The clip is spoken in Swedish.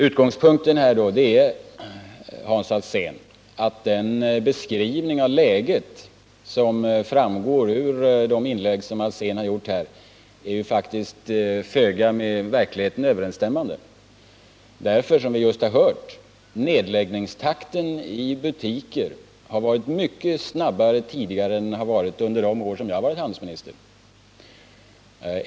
Utgångspunkten är att den beskrivning av läget som framgått av de inlägg som Hans Alsén här har gjort föga överensstämmer med verkligheten. Takten i nedläggningen av butiker har, som vi just har hört, tidigare varit snabbare än under de år som jag har varit handelsminister.